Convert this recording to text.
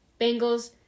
Bengals